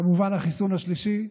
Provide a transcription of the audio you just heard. וכמובן החיסון השלישי,